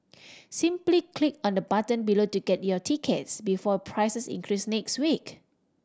simply click on the button below to get your tickets before prices increase next week